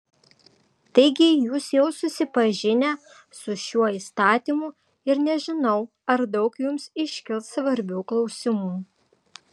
taigi jūs jau susipažinę su šiuo įstatymu ir nežinau ar daug jums iškils svarbių klausimų